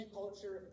culture